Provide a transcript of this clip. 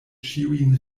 ĉiujn